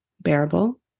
bearable